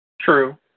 True